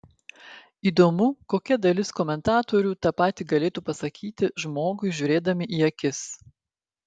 įdomu kokia dalis komentatorių tą patį galėtų pasakyti žmogui žiūrėdami į akis